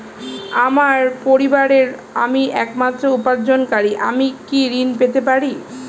আমার পরিবারের আমি একমাত্র উপার্জনকারী আমি কি ঋণ পেতে পারি?